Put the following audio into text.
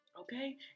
Okay